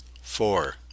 four